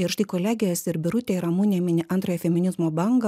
ir štai kolegės ir birutė ir ramunė mini antrąją feminizmo bangą